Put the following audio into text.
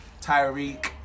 Tyreek